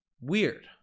Weird